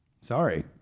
Sorry